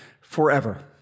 forever